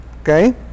okay